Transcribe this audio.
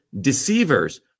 deceivers